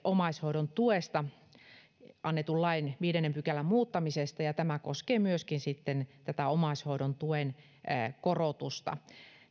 omaishoidon tuesta annetun lain viidennen pykälän muuttamisesta ja tämä koskee myöskin sitten tätä omaishoidon tuen korotusta